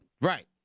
Right